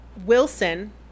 Wilson